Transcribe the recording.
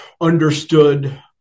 understood